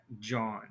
John